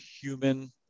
human